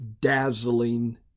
dazzling